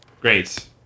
Great